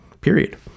period